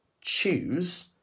choose